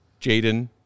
Jaden